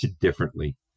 differently